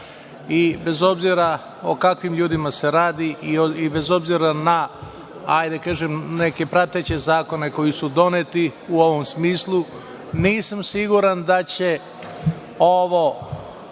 REM.Bez obzira o kakvim ljudima se radi i bez obzira na, da kažem, neke prateće zakone koji su doneti u ovom smislu, nisam siguran da će ovo